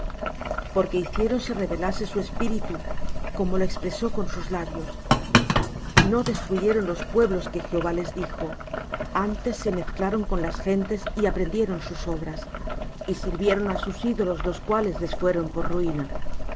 porque hicieron se rebelase su espíritu como lo expresó con sus labios no destruyeron los pueblos que jehová les dijo antes se mezclaron con las gentes y aprendieron sus obras y sirvieron á sus ídolos los cuales les fueron por ruina y